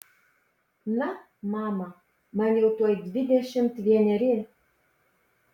na mama man jau tuoj dvidešimt vieneri